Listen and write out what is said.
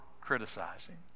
criticizing